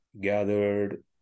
gathered